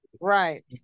right